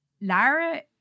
Lara